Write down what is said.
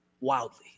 Wildly